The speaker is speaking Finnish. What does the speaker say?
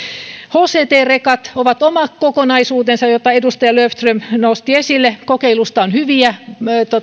hct rekat ovat oma kokonaisuutensa jonka edustaja löfström nosti esille kokeilusta on hyviä